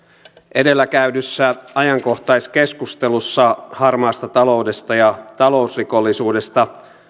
edellä käydyssä ajankohtaiskeskustelussa harmaasta taloudesta ja talousrikollisuudesta